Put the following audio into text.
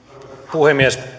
puhemies